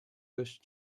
wish